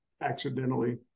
accidentally